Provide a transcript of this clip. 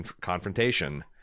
confrontation